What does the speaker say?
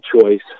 choice